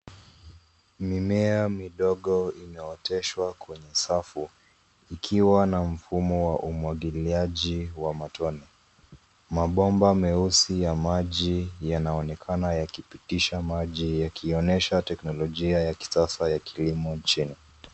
Mimea midogo imeoteshwa kwenye safu, ikiwa na mfumo wa umwagiliaji wa matone. Mabomba meusi ya maji yanaonekana yakipitisha maji yakionesha teknolojia ya kisasa ya kilimo nchini.